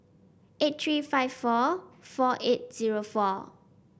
eight three five four four eight zero four